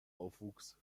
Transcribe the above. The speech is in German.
aufwuchs